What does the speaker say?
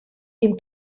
ihm